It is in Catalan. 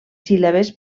síl·labes